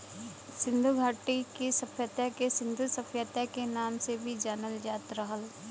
सिन्धु घाटी सभ्यता के सिन्धु सभ्यता के नाम से भी जानल जात रहल